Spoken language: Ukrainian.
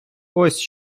ось